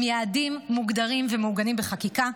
עם יעדים מוגדרים ומעוגנים בחקיקה,